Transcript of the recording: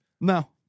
No